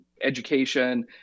education